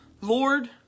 Lord